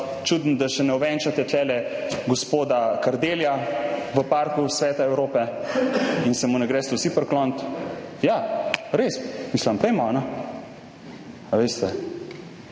čudno, da še ne ovenčate tule gospoda Kardelja v Parku Sveta Evrope in se mu ne greste vsi priklonit. Ja, res, mislim, pojdimo, kajne! A veste.